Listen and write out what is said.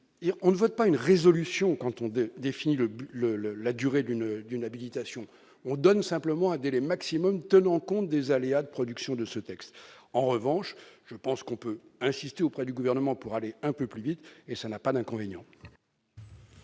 on ne vote pas une résolution canton de défini le le le la durée d'une d'une habilitation on donne simplement un délai maximum, tenant compte des aléas de production de ce texte, en revanche, je pense qu'on peut insister auprès du gouvernement pour aller un peu plus vite, et ça n'a pas d'inconvénient.